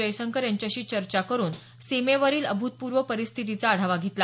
जयशंकर यांच्याशी चर्चा करून सीमेवरील अभूतपूर्व परिस्थितीचा आढावा घेतला